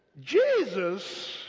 Jesus